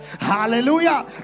Hallelujah